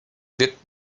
wird